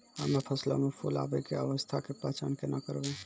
हम्मे फसलो मे फूल आबै के अवस्था के पहचान केना करबै?